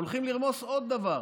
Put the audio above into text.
הולכים לרמוס עוד דבר.